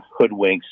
hoodwinks